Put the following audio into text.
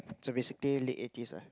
so basically late eighties lah